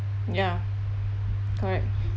ya correct